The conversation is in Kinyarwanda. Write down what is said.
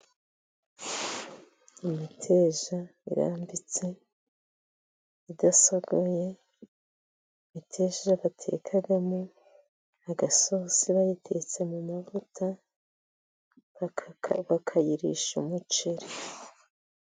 Imiteja irambitse idasogoye, imiteja batekamo agasosi bayitetse mu mavuta bakayirisha umuceri.